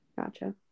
Gotcha